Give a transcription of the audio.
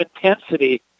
intensity